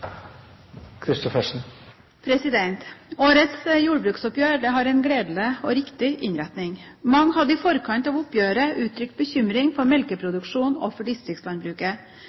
Årets jordbruksoppgjør har en gledelig og riktig innretning. Mange hadde i forkant av oppgjøret uttrykt bekymring for melkeproduksjonen og for distriktslandbruket.